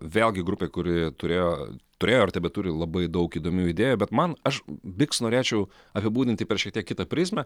vėlgi grupė kuri turėjo turėjo ir tebeturi labai daug įdomių idėjų bet man aš biks norėčiau apibūdinti per šiek tiek kitą prizmę